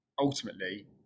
ultimately